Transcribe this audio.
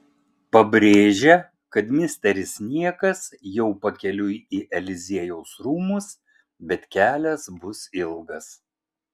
pabrėžia kad misteris niekas jau pakeliui į eliziejaus rūmus bet kelias bus ilgas